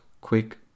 quick